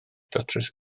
datrys